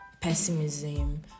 pessimism